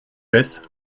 baisse